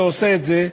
את כל מי שעושה את זה,